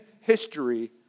history